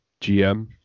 GM